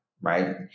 Right